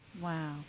Wow